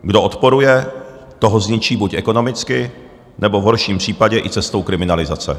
Kdo odporuje, toho zničí buď ekonomicky, nebo v horším případě i cestou kriminalizace.